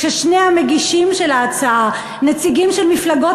כששני המגישים של ההצעה הם נציגים של מפלגות